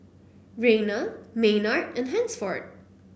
Rayna Maynard and Hansford